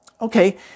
Okay